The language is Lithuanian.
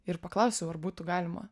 ir paklausiau ar būtų galima